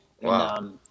Wow